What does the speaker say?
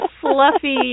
fluffy